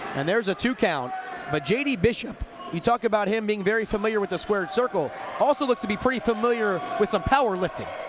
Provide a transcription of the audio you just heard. and there's a two count but jd bishop you talk about him being familiar with the square circle also looks to be pretty familiar with some power lifting